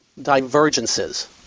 divergences